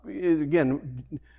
Again